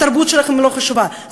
התרבות שלכם לא חשובה,